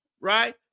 right